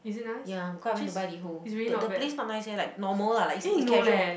ya because I went to buy LiHO the the place not nice leh like normal lah it's it's casual